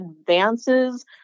advances